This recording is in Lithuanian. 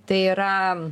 tai yra